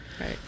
Right